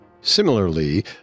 Similarly